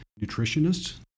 nutritionists